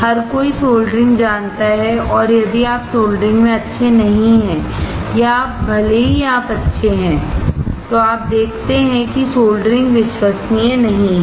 हर कोई सोल्डरिंग जानता है और यदि आप सोल्डरिंग में अच्छे नहीं हैं या भले ही आप अच्छे हैं तो आप देखते हैं कि सोल्डरिंग विश्वसनीय नहीं है